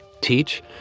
teach